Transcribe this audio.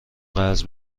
قرض